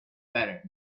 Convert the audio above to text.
better